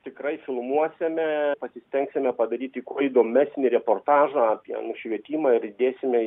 tikrai filmuosime pasistengsime padaryti kuo įdomesnį reportažą apie nušvietimą ir įdėsime